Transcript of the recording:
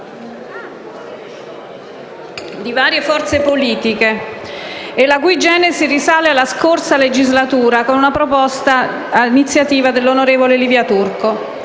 da varie forze politiche, la cui genesi risale alla scorsa legislatura, con una proposta di iniziativa dell'onorevole Livia Turco.